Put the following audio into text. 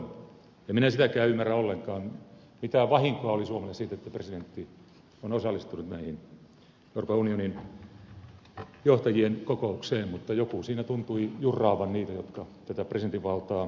en minä sitäkään ymmärrä ollenkaan mitä vahinkoa oli suomelle siitä että presidentti on osallistunut näihin euroopan unionin johtajien kokouksiin mutta joku siinä tuntui jurraavan niitä jotka tätä presidentin valtaa alas ajavat